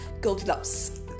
Goldilocks